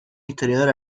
historiador